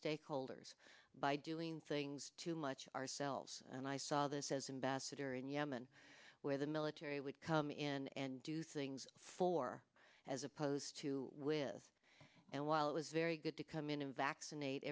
stakeholders by doing things too much ourselves and i saw this as ambassador in yemen where the military would come in and do things for as opposed to with us and while it was very good to come in and vaccinate